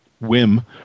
whim